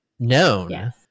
known